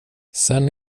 sen